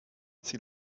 sie